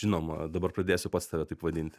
žinoma dabar pradėsiu pats tave taip vadint